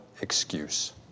excuse